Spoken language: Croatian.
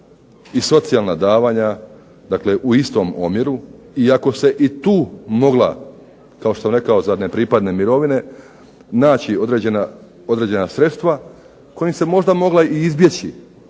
i socijalna davanja, dakle u istom omjeru, iako se i tu mogla kao što sam rekao za nepripadne mirovine naći određena sredstva kojim se možda mogla izbjeći